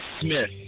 Smith